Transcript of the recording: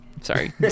sorry